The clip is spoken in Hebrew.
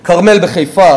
"כרמל" בחיפה,